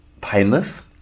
painless